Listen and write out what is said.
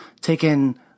taken